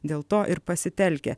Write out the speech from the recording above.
dėl to ir pasitelkia